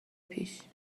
پیش